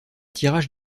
tirages